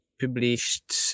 published